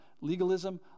legalism